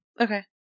Okay